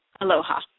Aloha